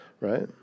right